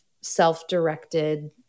self-directed